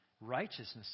righteousness